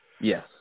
Yes